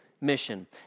mission